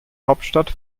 hauptstadt